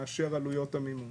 מאשר עלויות המימון.